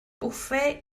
bwffe